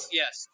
yes